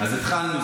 התחלנו,